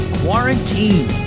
quarantine